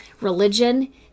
religion